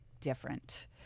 different